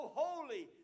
holy